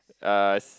uh